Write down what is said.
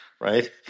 right